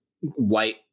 white